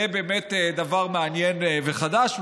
זה באמת דבר מעניין וחדש.